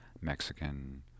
Mexican